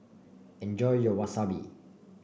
enjoy your Wasabi